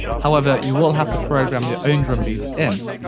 however you will have to programme your own drum beats in,